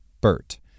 BERT